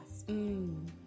Mmm